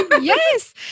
Yes